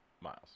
miles